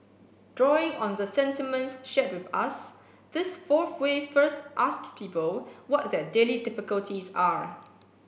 drawing on the sentiments shared with us this fourth way first ask people what their daily difficulties are